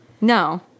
No